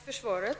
Herr talman! Tack för svaret.